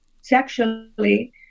sexually